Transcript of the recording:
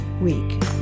week